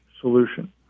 solution